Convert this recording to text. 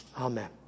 Amen